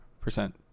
percent